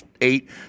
eight